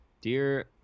dear